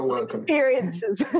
experiences